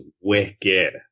wicked